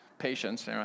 patience